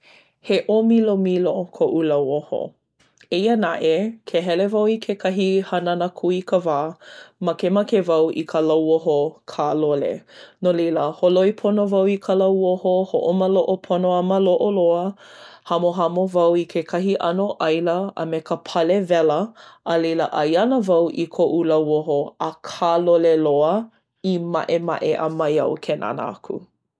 He ʻōmilomilo koʻu lauoho. Eia naʻe, ke hele wau i kekahi hanana kūikawā, makemake wau i ka lauoho kālole. No laila, holoi pono wau i ka lauoho, hoʻomaloʻo pono a maloʻo loa. Hamohamo wau i kekahi ʻano ʻaila a me ka pale wela. A laila, ʻaiana wau i koʻu lauoho a kālole loa, i maʻemaʻe a maiau ke nānā aku.